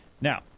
Now